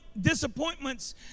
disappointments